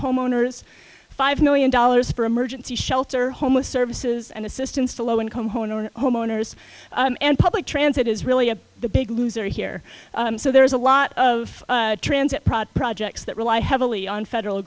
homeowners five million dollars for emergency shelter homeless services and assistance to low income homeowner homeowners and public transit is really a the big loser here so there's a lot of transit projects that rely heavily on federal